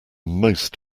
most